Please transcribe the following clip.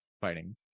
fighting